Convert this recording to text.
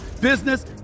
business